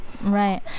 Right